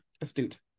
astute